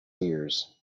ears